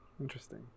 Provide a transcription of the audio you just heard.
Interesting